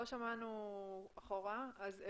לאור ההערות של הוועדה, אני